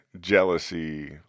jealousy